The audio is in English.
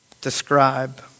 describe